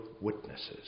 witnesses